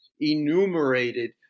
enumerated